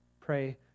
Pray